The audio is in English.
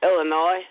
Illinois